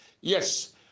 Yes